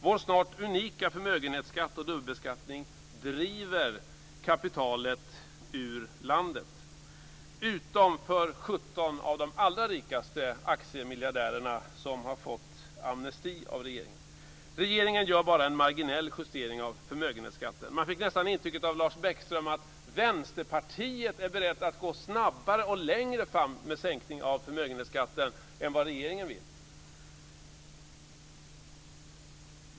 Vår snart unika förmögenhetsskatt och dubbelbeskattning driver kapitalet ur landet - utom för 17 av de allra rikaste aktiemiljardärerna, som har fått amnesti av regeringen. Regeringen gör bara en marginell justering av förmögenhetsskatten. Man fick nästan, Lars Bäckström, intrycket att Vänsterpartiet är berett att gå snabbare fram och att gå längre med sänkningen av förmögenhetsskatten än vad regeringen vill.